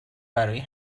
برای